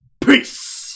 Peace